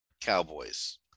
cowboys